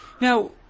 Now